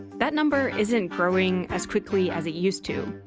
that number isn't growing as quickly as it used to.